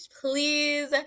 Please